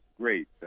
great